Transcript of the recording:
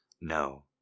No